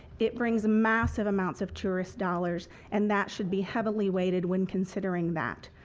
it brings massive amounts of tourist dollars and that should be heavily weighted when considering that.